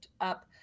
up